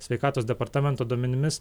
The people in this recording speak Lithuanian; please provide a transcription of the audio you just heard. sveikatos departamento duomenimis